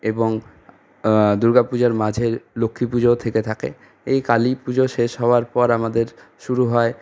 এবং দুর্গাপুজোর মাঝে লক্ষ্মীপুজোও থেকে থাকে এই কালীপুজো শেষ হওয়ার পর আমাদের শুরু হয়